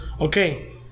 Okay